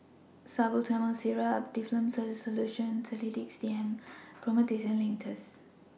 Salbutamol Syrup Difflam C Solution and Sedilix D M Promethazine Linctus